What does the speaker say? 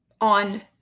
on